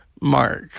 mark